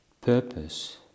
purpose